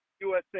USA